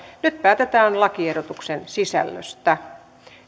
nyt päätetään lakiehdotuksen sisällöstä